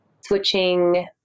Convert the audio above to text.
switching